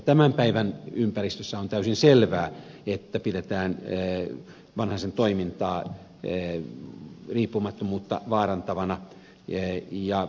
tämän päivän ympäristössä on täysin selvää että vanhasen toimintaa pidetään riippumattomuutta vaarantavana ja puolueettomuutta vaarantavana